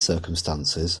circumstances